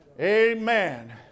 amen